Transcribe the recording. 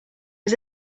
was